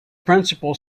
principal